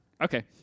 Okay